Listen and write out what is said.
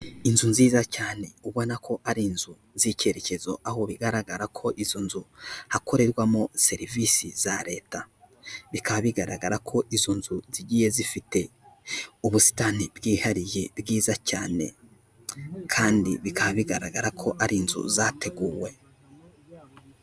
Inzu nziza cyane ubona ko ari inzu z'icyerekezo aho bigaragara ko izo nzu hakorerwamo serivisi za leta, bikaba bigaragara ko izo nzu zigiye zifite ubusitani bwihariye bwiza cyane kandi bikaba bigaragara ko ari inzu zateguwe.